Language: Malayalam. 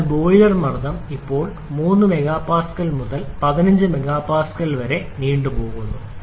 അതിനാൽ ബോയിലർ മർദ്ദം ഇപ്പോൾ 3 MPa മുതൽ 15 MPa വരെ പോകുന്നു